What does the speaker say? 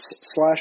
slash